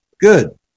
good